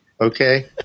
okay